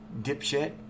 Dipshit